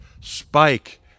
spike